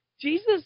jesus